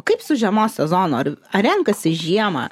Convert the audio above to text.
kaip su žiemos sezonu ar ar renkasi žiemą